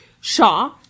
Shaw